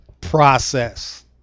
process